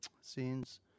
scenes